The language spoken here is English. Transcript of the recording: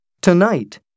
Tonight